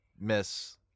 miss